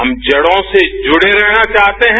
हम जड़ों से जुड़े रहना चाहते हैं